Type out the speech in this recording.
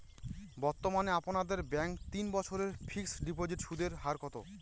বর্তমানে আপনাদের ব্যাঙ্কে তিন বছরের ফিক্সট ডিপোজিটের সুদের হার কত?